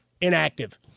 inactive